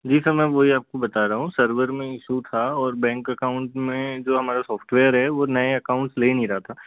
जी sir मैं वो ही आपको बता रहा हूँ सर्वर में इश्यू था और बैंक अकाउंट में जो हमारा सॉफ्टवेयर है वो नए एकाउंट ले नहीं रहा था